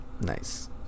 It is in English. Nice